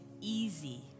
easy